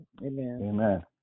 Amen